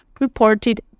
reported